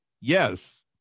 Yes